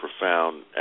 profound